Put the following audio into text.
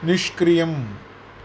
निष्क्रियम्